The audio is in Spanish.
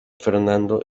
fernando